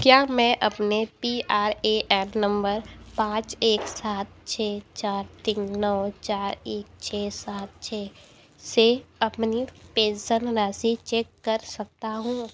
क्या मैं अपने P R A N number पाँच एक सात छः चार तीन नौ चार एक छः सात छः से अपनी पेंशन राशि चेक कर सकता हूँ